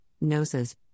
noses